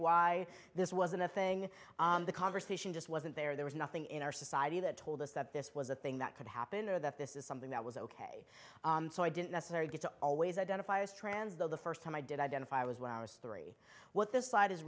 why this wasn't a thing the conversation just wasn't there there was nothing in our society that told us that this was a thing that could happen or that this is something that was ok so i didn't necessarily get to always identify as trans though the first time i did identify was when i was three what this side is